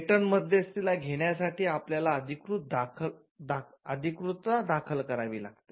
patent मध्यस्थी ला घेण्यासाठी आपल्याला अधिकृतता दाखल करावी लागते